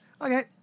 okay